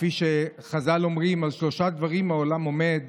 כפי שחז"ל אומרים, "על שלושה דברים העולם עומד: